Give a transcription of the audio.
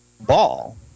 ball